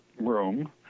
room